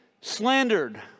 slandered